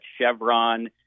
chevron